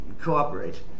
cooperate